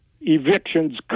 evictions